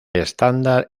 estándar